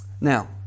Now